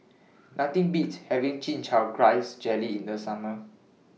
Nothing Beats having Chin Chow Grass Jelly in The Summer